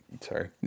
sorry